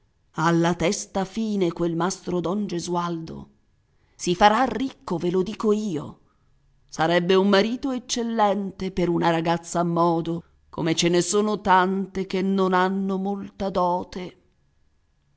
la testa fine quel mastro don gesualdo si farà ricco ve lo dico io sarebbe un marito eccellente per una ragazza a modo come ce ne son tante che non hanno molta dote